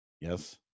yes